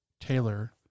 Taylor